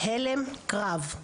הלם קרב.